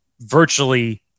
virtually